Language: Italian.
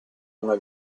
una